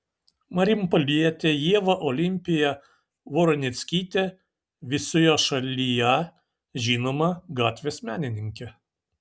marijampolietė ieva olimpija voroneckytė visoje šalyje žinoma gatvės menininkė